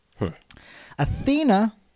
Athena